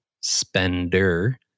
Spender